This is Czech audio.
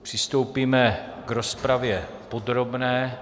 Přistoupíme k rozpravě podrobné.